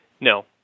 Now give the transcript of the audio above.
No